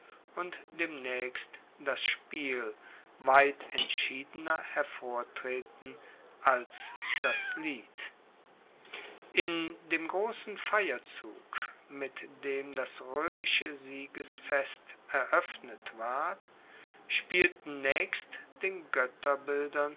und demnaechst das spiel weit entschiedener hervortreten als das lied in dem grossen feierzug mit dem das roemische siegesfest eroeffnet ward spielten naechst den